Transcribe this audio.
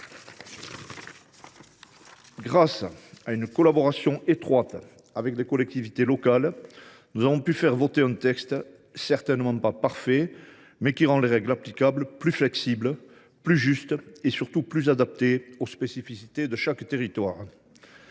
Grâce à une collaboration étroite avec les collectivités locales, nous avons pu faire voter un texte, qui est sans doute imparfait, mais qui rend les règles applicables plus souples, plus justes et, surtout, qui les adapte davantage aux spécificités de chaque territoire.